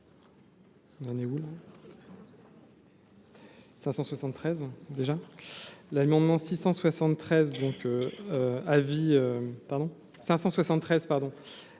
l'amendement 673